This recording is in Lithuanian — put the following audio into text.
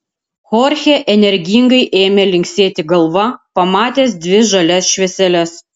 chorchė energingai ėmė linksėti galva pamatęs dvi žalias švieseles